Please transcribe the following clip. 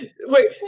Wait